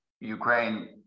Ukraine